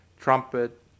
trumpet